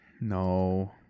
No